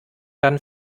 dann